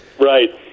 Right